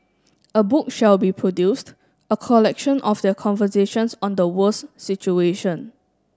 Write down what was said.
a book shall be produced a collection of their conversations on the world's situation